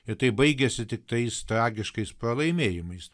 ir tai baigiasi tik tais tragiškais pralaimėjimais